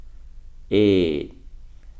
eight